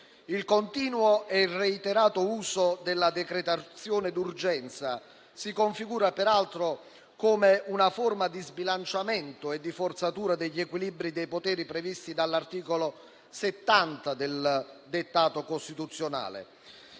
il continuo e reiterato uso della decretazione d'urgenza si configura, peraltro, come una forma di sbilanciamento e di forzatura degli equilibri dei poteri previsti dall'articolo 70 del dettato Costituzionale,